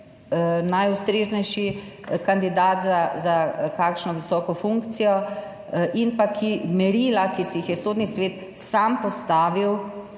najustreznejši kandidat za kakšno visoko funkcijo, in pa merilom, ki si jih je Sodni svet sam postavil